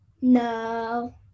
no